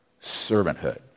servanthood